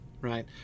right